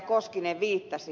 koskinen viittasi